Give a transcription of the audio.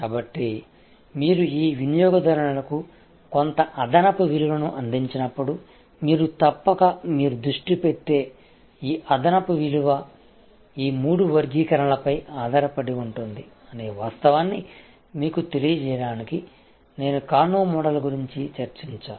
కాబట్టి మీరు ఈ వినియోగదారునిలకు కొంత అదనపు విలువను అందించినప్పుడు మీరు తప్పక మీరు దృష్టి పెట్టే ఈ అదనపు విలువ ఈ మూడు వర్గీకరణలపై ఆధారపడి ఉంటుంది అనే వాస్తవాన్ని మీకు తెలియజేయడానికి నేను కానో మోడల్ గురించి చర్చించాను